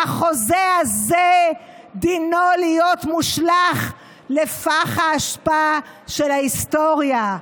והחוזה הזה דינו להיות מושלך לפח האשפה של ההיסטוריה.